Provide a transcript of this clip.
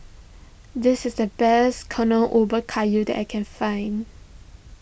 this is the best Ubi Kayu that I can find